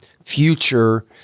future